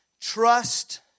trust